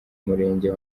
umurenge